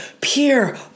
pure